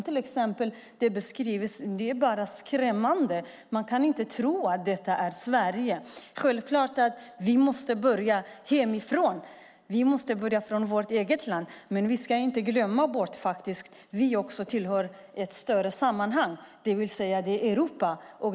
Det som framkommer i en del beskrivningar är skrämmande, och man kan inte tro att det är Sverige. Vi måste börja hemifrån, i vårt eget land, men vi ska inte glömma att vi också tillhör ett större sammanhang, det vill säga Europa.